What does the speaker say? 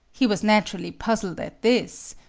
he was naturally puzzled at this.